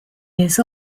years